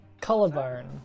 collarbone